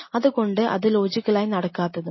അതുകൊണ്ടാണ് അത് അത് ലോജിക്കലായി നടക്കാത്തതും